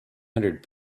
hundred